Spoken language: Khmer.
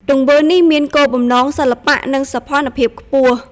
ទង្វើនេះមានគោលបំណងសិល្បៈ និងសោភ័ណភាពខ្ពស់។